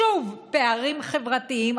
שוב, פערים חברתיים.